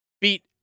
beat